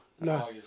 no